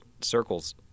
circle's